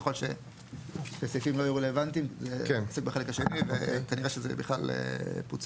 ככל שהסעיפים לא יהיו רלוונטיים נוסיף לחלק השני וכנראה שזה בכלל פוצל.